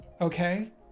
okay